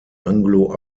anglo